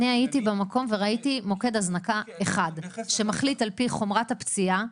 אני הייתי במקום וראיתי מוקד הזנקה אחד שמחליט על פי חומרת הפציעה,